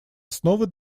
основы